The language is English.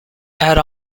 add